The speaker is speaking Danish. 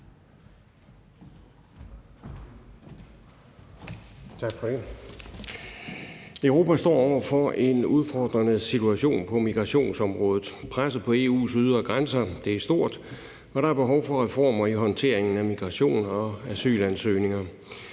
Europa står over for en udfordrende situation på migrationsområdet. Presset på EU's ydre grænser er stort, og der er behov for reformer i håndteringen af migration og asylansøgninger.